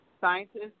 scientists